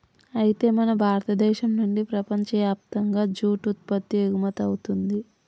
అయితే మన భారతదేశం నుండి ప్రపంచయప్తంగా జూట్ ఉత్పత్తి ఎగుమతవుతుంది